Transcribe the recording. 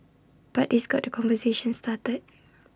but this got the conversation started